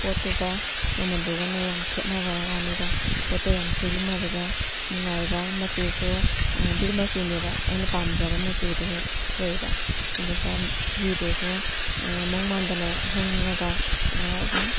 ꯄꯣꯠꯇꯨꯒ ꯃꯃꯟꯗꯨꯒꯅꯦ ꯌꯥꯝ ꯈꯦꯠꯅꯕ ꯋꯥꯅꯤꯗ ꯄꯣꯠꯇꯨ ꯌꯥꯝ ꯁꯤꯖꯤꯟꯅꯕꯗ ꯅꯨꯡꯉꯥꯏꯕ ꯃꯆꯨꯁꯨ ꯕ꯭ꯂꯨ ꯃꯆꯨꯅꯦꯕ ꯑꯩꯅ ꯄꯥꯝꯖꯕ ꯃꯆꯨꯗꯨ ꯍꯦꯛ ꯑꯣꯏꯑꯦꯕ ꯑꯗꯨꯒ ꯐꯤꯗꯨꯁꯨ ꯃꯑꯣꯡ ꯃꯥꯟꯗꯅ ꯍꯣꯡꯉꯒ ꯑꯗꯨꯝ